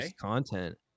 content